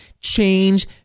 change